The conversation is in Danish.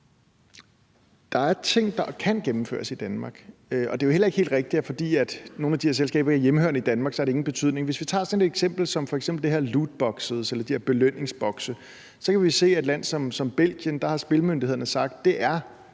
er ting, der kan gennemføres i Danmark, og det er jo heller ikke helt rigtigt, at fordi nogle af de her selskaber ikke er hjemmehørende i Danmark, har det ingen betydning. Hvis vi tager sådan et eksempel som f.eks. de her lootbokse eller de her belønningsbokse, kan vi se, at i et land som Belgien har spillemyndighederne sagt, at det er